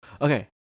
Okay